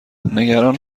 نگران